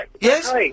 yes